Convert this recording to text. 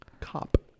cop